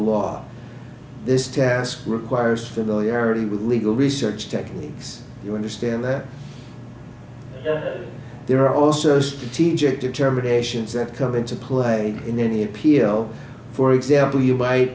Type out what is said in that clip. law this task requires familiarity with legal research techniques you understand that there are also strategic determinations that come into play in any appeal for example you might